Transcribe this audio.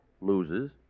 loses